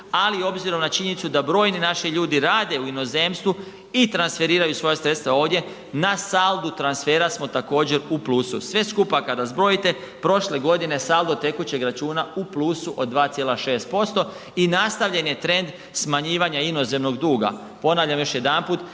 ali obzirom na činjenicu da brojni naši ljudi rade u inozemstvu i transferiraju svoja sredstva ovdje na saldu transfera smo također u plusu. Sve skupa kada zbrojite prošle godine saldo tekućeg računa u plusu od 2,6% i nastavljen je trend smanjivanja inozemnog duga. Ponavljam još jedanput